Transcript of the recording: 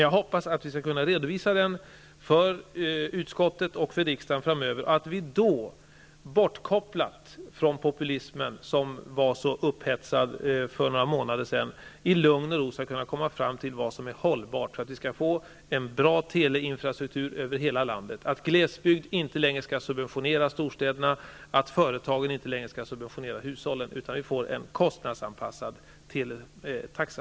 Jag hoppas att vi, när vi skall redovisa den för utskottet och riksdagen framöver, i lugn och ro och bortkopplat från den populism som det så upphetsat talades om för några månader sedan kan arbeta för att komma fram till vad som är hållbart för att vi skall få en bra teleinfrastruktur över hela landet. Glesbygden skall inte längre subventionera storstäderna, och företagen skall inte längre subventionera hushållen, utan vi skall få en kostnadsanpassad teletaxa.